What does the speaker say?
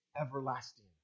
everlasting